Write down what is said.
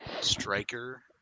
Striker